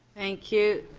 thank you.